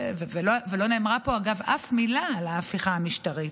ולא נאמרה פה אגב אף מילה על ההפיכה המשטרית.